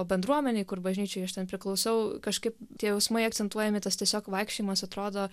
o bendruomenei kur bažnyčioj aš ten priklausiau kažkaip tie jausmai akcentuojami tas tiesiog vaikščiojimas atrodo